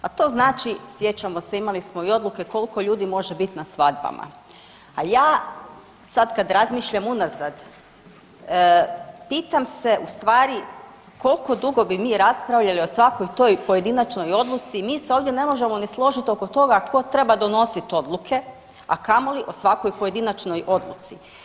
A to znači sjećamo se imali smo i odluke koliko ljudi može biti na svadbama, a ja sad kad razmišljam unazad pitam se ustvari koliko bi dugo mi raspravljali o svakoj toj pojedinačnoj odluci, mi se ovdje ne možemo ni složiti oko toga tko treba donositi odluke, a kamoli o svakoj pojedinačnoj odluci.